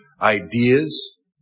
ideas